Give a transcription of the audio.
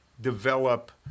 develop